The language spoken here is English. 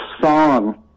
song